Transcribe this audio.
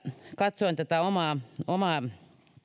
katsoin tätä omaa omaa